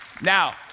Now